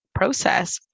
process